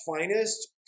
Finest